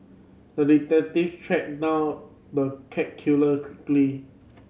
the detective tracked down the cat killer quickly